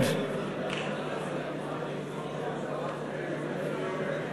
העין שלי התבייתה עליך פשוט,